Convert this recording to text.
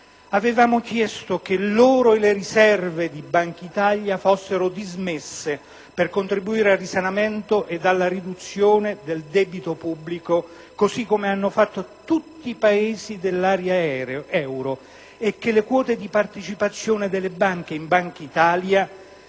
Avevamo chiesto che l'oro e le riserve di Bankitalia fossero dismesse per contribuire al risanamento ed alla riduzione del debito pubblico, così come hanno fatto tutti i Paesi dell'area euro, e che le quote di partecipazione delle banche in Bankitalia,